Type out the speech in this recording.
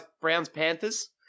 Browns-Panthers